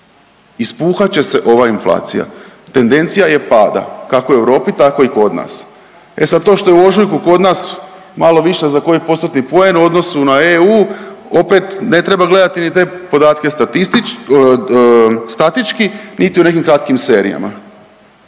Ispuhat će se ova inflacija, tendencija je pada, kako u Europi tako i kod nas. E sad, to što je u ožujku kod nas malo viša za koji postotni poen u odnosu na EU opet ne treba gledati ni te podatke statistič…, statički, niti u nekim kratkim serijama,